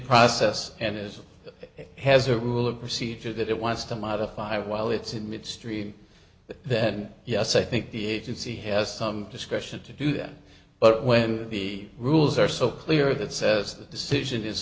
process and it has a rule of procedure that it wants to modify while it's in midstream then yes i think the agency has some discretion to do that but when the rules are so clear that says the decision is